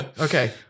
Okay